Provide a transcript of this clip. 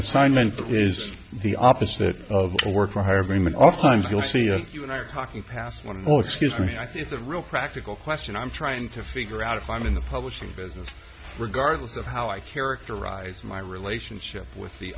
assignment is the opposite of a work for hire agreement off times you'll see if you and i are talking past one or excuse me i think the real practical question i'm trying to figure out if i'm in the publishing business regardless of how i characterize my relationship with the